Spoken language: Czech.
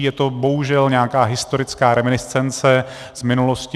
Je to bohužel nějaká historická reminiscence z minulosti.